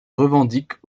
revendiquent